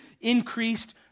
increased